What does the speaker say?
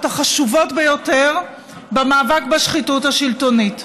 החשובות ביותר במאבק בשחיתות השלטונית.